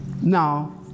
Now